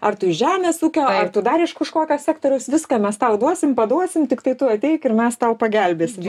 ar tu iš žemės ūkio ar tu dar iš kažkokio sektoriaus viską mes tau duosim paduosim tiktai tu ateik ir mes tau pagelbėsim